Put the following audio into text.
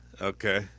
Okay